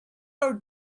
your